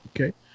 okay